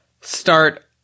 start